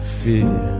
fear